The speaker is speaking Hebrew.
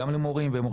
אלא גם למורים ומורות,